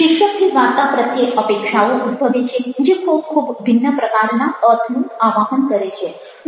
શીર્ષકથી વાર્તા પ્રત્યે અપેક્ષાઓ ઉદભવે છે જે ખૂબ ખૂબ ભિન્ન પ્રકારના અર્થનું આવાહન કરે છે